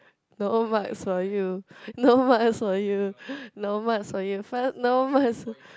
no marks for you no marks for you no marks for you fine no marks